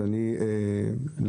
הוא